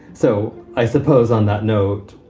so i suppose on that note,